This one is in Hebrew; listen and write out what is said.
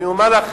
אני אומר לכם,